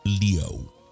Leo